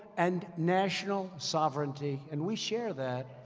and national sovereignty. and we share that.